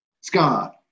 Scott